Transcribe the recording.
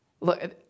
Look